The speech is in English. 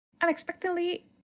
unexpectedly